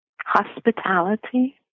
hospitality